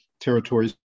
territories